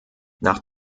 nach